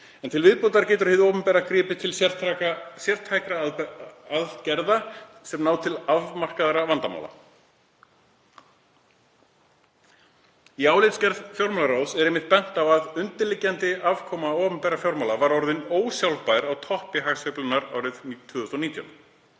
Til viðbótar getur hið opinbera gripið til sértækra aðgerða sem ná til afmarkaðra vandamála. Í álitsgerð fjármálaráðs er einmitt bent á að undirliggjandi afkoma opinberra fjármála var orðin ósjálfbær á toppi hagsveiflunnar árið 2019.